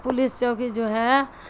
police چوکی جو ہے